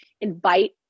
invite